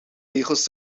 regels